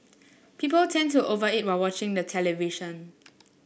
people tend to over eat while watching the television